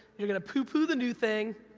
you're gonna poo-poo the new thing,